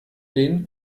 den